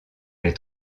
les